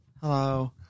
Hello